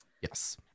yes